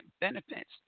benefits